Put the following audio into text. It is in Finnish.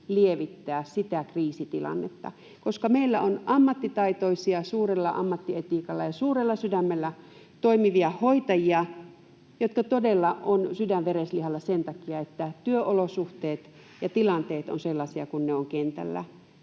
lievittää sitä kriisitilannetta, koska meillä on ammattitaitoisia, suurella ammattietiikalla ja suurella sydämellä toimivia hoitajia, jotka todella ovat sydän vereslihalla sen takia, että työolosuhteet ja tilanteet ovat sellaisia kuin ne ovat kentällä.